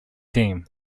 team